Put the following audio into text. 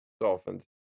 Dolphins